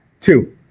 Two